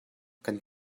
kan